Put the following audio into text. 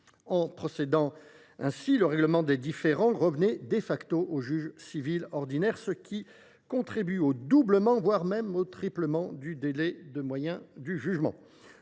En procédant ainsi, le règlement des différends serait revenu au juge civil ordinaire, ce qui aurait contribué au doublement, voire au triplement du délai moyen de jugement.